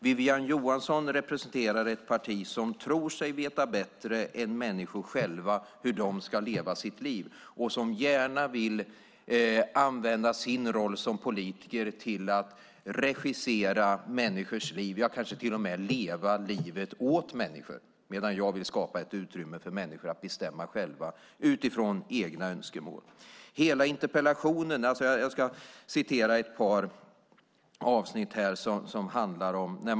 Wiwi-Anne Johansson representerar ett parti som tror sig veta bättre än människorna själva när det gäller hur de ska leva sina liv, och som gärna vill använda sin roll som politiker till att regissera människors liv, ja kanske till och med leva livet åt dem. Jag vill i stället skapa utrymme för människor att själva bestämma utifrån egna önskemål. Jag ska återge ett par avsnitt ur interpellationen.